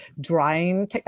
drying